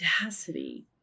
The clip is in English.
audacity